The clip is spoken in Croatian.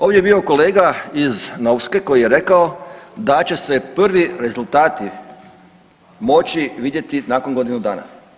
Ovdje je bio kolega iz Novske koji je rekao da će se prvi rezultati moći vidjeti nakon godinu dana.